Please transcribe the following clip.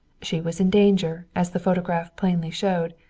she was in danger, as the photograph plainly showed.